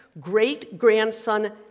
great-grandson